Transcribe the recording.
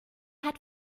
hat